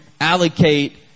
allocate